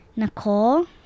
Nicole